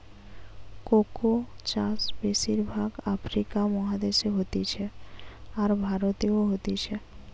cocoa চাষ বেশির ভাগ আফ্রিকা মহাদেশে হতিছে, আর ভারতেও হতিছে